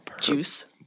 juice